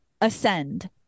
ascend